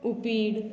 UPI